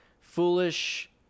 Foolish